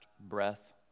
breath